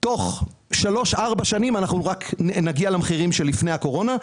תוך שלוש-ארבע שנים נגיע למחירים של לפני הקורונה,